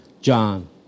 John